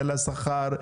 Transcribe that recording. לשכר וכו'.